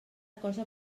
cosa